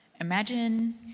Imagine